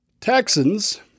Texans